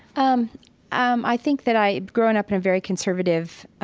um um i think that i growing up in a very conservative